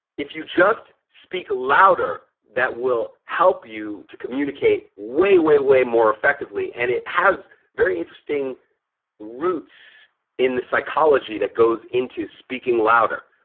if you just speak louder that will help you to communicate way, way, way more effectively and it has very interesting roots in the psychology that goes into speaking louder.